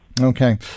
Okay